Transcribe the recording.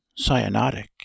Cyanotic